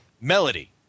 Melody